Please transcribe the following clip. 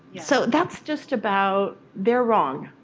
so that's just about they're wrong,